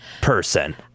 person